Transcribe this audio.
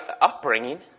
upbringing